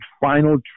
final